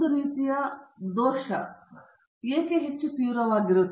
ಒಂದು ರೀತಿಯ I ದೋಷವು ಏಕೆ ಹೆಚ್ಚು ತೀವ್ರವಾಗಿರುತ್ತದೆ